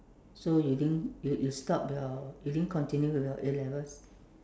so you think you you stop your you didn't continue with your A-levels